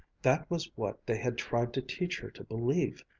that was what they had tried to teach her to believe.